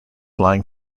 lying